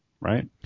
Right